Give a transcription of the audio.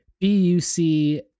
B-U-C-